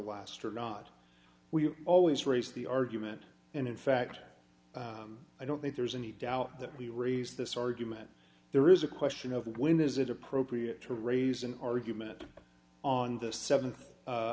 last or not we always raise the argument and in fact i don't think there's any doubt that we raised this argument there is a question of when is it appropriate to raise an argument on